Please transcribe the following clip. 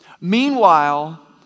Meanwhile